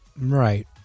Right